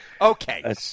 Okay